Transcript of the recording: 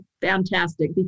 fantastic